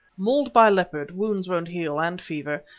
mauled by leopard. wounds won't heal, and fever.